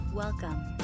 Welcome